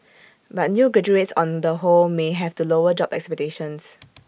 but new graduates on the whole may have to lower job expectations